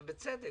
ובצדק,